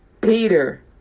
Peter